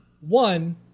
One